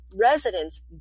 residents